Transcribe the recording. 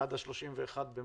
עד ה-31 במאי,